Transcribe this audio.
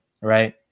Right